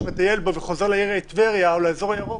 מטייל בו וחוזר לעיר טבריה או לאזור הירוק,